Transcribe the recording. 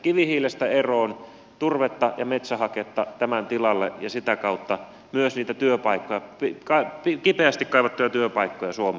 kivihiilestä eroon turvetta ja metsähaketta tämän tilalle ja sitä kautta myös niitä kipeästi kaivattuja työpaikkoja suomeen